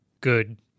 good